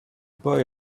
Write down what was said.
boy